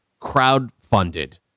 crowdfunded